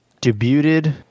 debuted